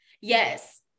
Yes